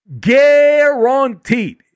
Guaranteed